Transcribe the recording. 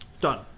done